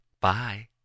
Bye